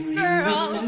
girl